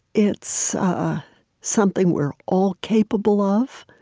it's something we're all capable of,